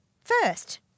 first